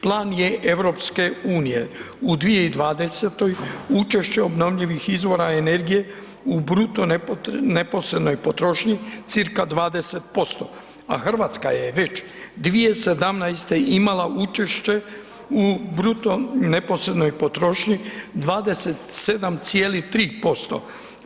Plan je EU u 2020. učešće obnovljivih izvora energije u bruto neposrednoj potrošnji cca 20%, a Hrvatska je već 2017. imala učešće u bruto neposrednoj potrošnji 27,3%